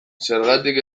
zergatik